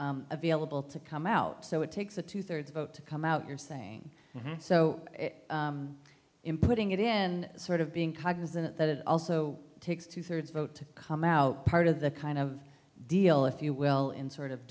available to come out so it takes a two thirds vote to come out you're saying so inputting it in sort of being cognizant that it also takes two thirds vote to come out part of the kind of deal if you will in sort of